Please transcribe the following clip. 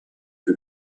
fut